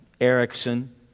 Erickson